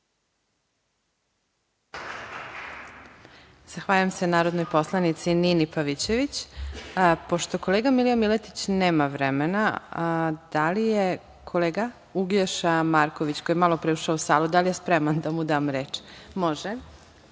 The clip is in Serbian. Zahvaljujem se narodnoj poslanici Nini Pavićević. Pošto kolega Milija Miletić nema vremena, da li je kolega Uglješa Marković, koji je malopre ušao u salu, spreman da mu dam reč?(Uglješa